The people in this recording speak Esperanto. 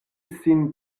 sin